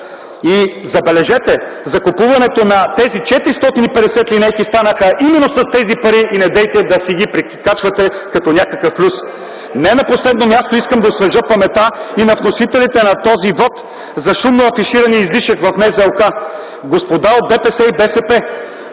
Забележете, закупуването на тези 450 линейки станаха именно с тези пари и недейте да си ги прикачвате като някакъв плюс. Не на последно място, искам да освежа паметта и на вносителите на този вот, за шумно афиширания излишък в НЗОК. Господа от ДПС и БСП,